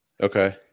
okay